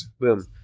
Boom